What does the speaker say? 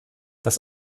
das